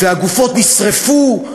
והגופות נשרפו,